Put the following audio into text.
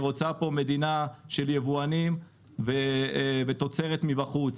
מעדיפה מדינה של יבואנים ותוצרת חוץ?